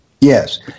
Yes